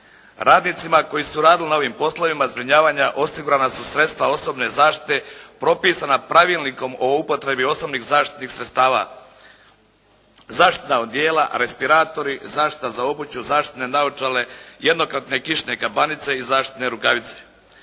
Radnicima koji su radili na ovim poslovima zbrinjavanja osigurana su sredstva osobne zaštite propisana pravilnikom o upotrebi osobnih zaštitnih sredstava, zaštitna odijela, respiratori, zaštita za obuću, zaštitne naočale, jednokratne kišne kabanice i zaštitne rukavice.